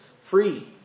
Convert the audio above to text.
free